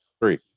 three